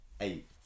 Eight